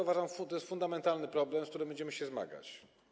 Uważam, że to jest fundamentalny problem, z którym będziemy się zmagać.